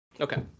Okay